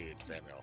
Samuel